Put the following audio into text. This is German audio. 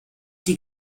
die